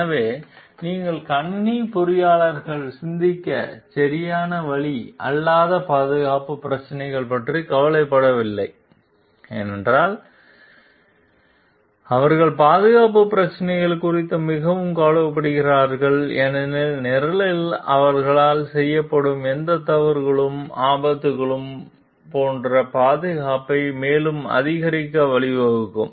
எனவே நீங்கள் கணினி பொறியாளர்கள் சிந்திக்க சரியான வழி அல்லாத பாதுகாப்பு பிரச்சினைகள் பற்றி கவலைப்படவில்லை என்றால் ஏனெனில் அவர்கள் பாதுகாப்பு பிரச்சினைகள் குறித்து மிகவும் கவலைப்படுகிறார்கள் ஏனெனில் நிரலில் அவர்களால் செய்யப்படும் எந்த தவறுகளும் ஆபத்துகள் போன்ற பாதுகாப்பை மேலும் அதிகரிக்க வழிவகுக்கும்